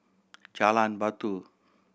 Jalan Batu